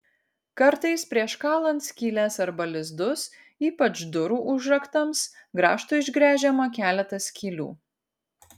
kartais prieš kalant skyles arba lizdus ypač durų užraktams grąžtu išgręžiama keletas skylių